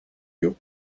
you